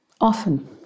often